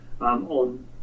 on